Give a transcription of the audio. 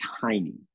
tiny